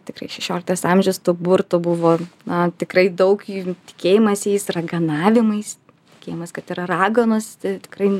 tikrai šešioliktas amžius tų burtų buvo na tikrai daug jų tikėjimas jais raganavimais tikėjimas kad yra raganos tikrai